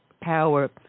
power